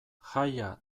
jaia